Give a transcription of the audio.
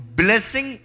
blessing